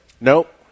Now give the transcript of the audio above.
Nope